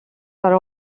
are